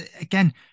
again